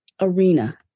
arena